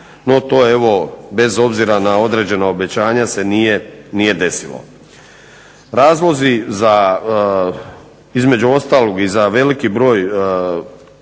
No to evo bez obzira na određena obećanja se nije desilo. Razlozi između ostalog i za veliki broj